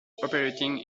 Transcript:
operating